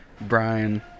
Brian